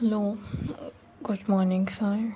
hello good morning sir